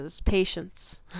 Patience